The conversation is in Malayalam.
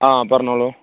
ആ പറഞ്ഞോളു